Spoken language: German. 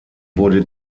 wurde